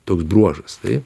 toks bruožas taip